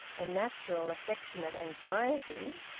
a natural affectionate anxiety.